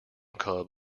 club